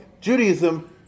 Judaism